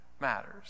matters